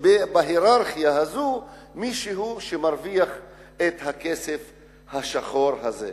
בהייררכיה הזאת יש מישהו שמרוויח את הכסף השחור הזה.